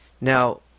Now